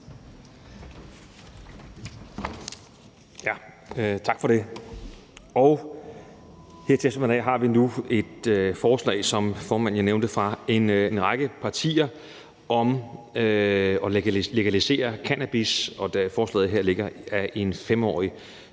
Tak for det. Her i eftermiddag har vi nu et forslag, som formanden nævnte, fra en række partier om at legalisere cannabis i en 5-årig